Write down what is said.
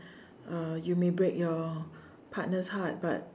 uh you make break your partner's heart but